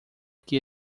que